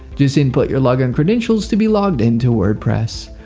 just input your login credentials to be logged into wordpress.